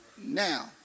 now